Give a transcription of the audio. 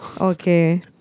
Okay